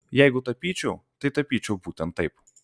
jeigu tapyčiau tai tapyčiau būtent taip